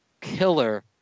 killer